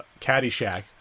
Caddyshack